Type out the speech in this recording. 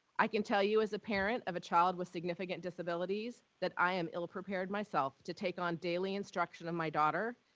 i can tell you, as a parent of a child with significant disabilities, that i am ill-prepared myself to take on daily instruction of my daughter,